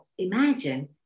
Imagine